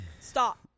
stop